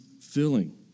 filling